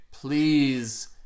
Please